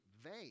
vain